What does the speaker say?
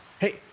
hey